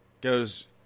goes